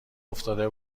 افتاده